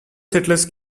settlers